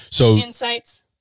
insights